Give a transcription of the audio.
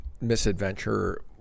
misadventure